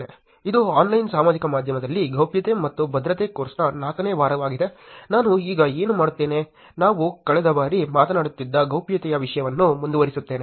ಇದು ಆನ್ಲೈನ್ ಸಾಮಾಜಿಕ ಮಾಧ್ಯಮದಲ್ಲಿ ಗೌಪ್ಯತೆ ಮತ್ತು ಭದ್ರತೆ ಕೋರ್ಸ್ನ 4 ನೇ ವಾರವಾಗಿದೆ ನಾನು ಈಗ ಏನು ಮಾಡುತ್ತೇನೆ ನಾವು ಕಳೆದ ಬಾರಿ ಮಾತನಾಡುತ್ತಿದ್ದ ಗೌಪ್ಯತೆಯ ವಿಷಯವನ್ನು ಮುಂದುವರಿಸುತ್ತೇನೆ